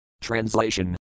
Translation